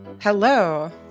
Hello